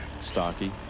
stocky